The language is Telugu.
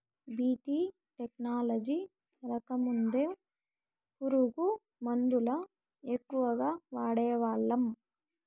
బీ.టీ టెక్నాలజీ రాకముందు పురుగు మందుల ఎక్కువగా వాడేవాళ్ళం